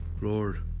Lord